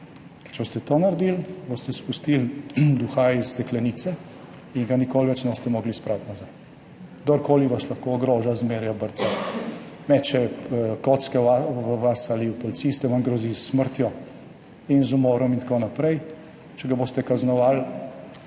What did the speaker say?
če boste to naredili, boste spustili duha iz steklenice in ga nikoli več ne boste mogli spraviti nazaj. Kdorkoli vas lahko ogroža, zmerja, obrca, meče kocke v vas ali v policiste, vam grozi s smrtjo in z umorom in tako naprej, če ga boste kaznovali,